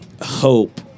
hope